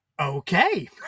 Okay